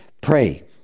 pray